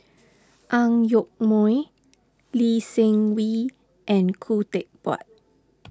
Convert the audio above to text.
Ang Yoke Mooi Lee Seng Wee and Khoo Teck Puat